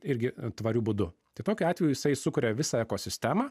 irgi tvariu būdu tai tokiu atveju jisai sukuria visą ekosistemą